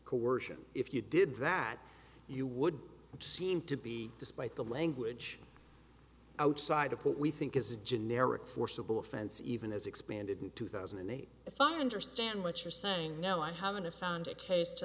coersion if you did that you would seem to be despite the language outside of what we think is a generic forcible offense even is expanded in two thousand and eight if i understand what you're saying no i haven't found a case to